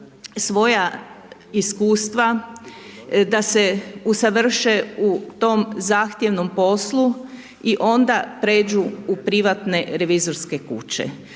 svoja iskustva da se usavrše u tom zahtjevnom poslu i onda pređu u privatne revizorske kuće.